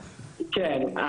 כן,